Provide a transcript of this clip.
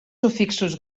sufixos